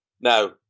Now